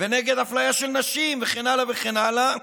ונגד אפליה של נשים וכן הלאה וכן הלאה,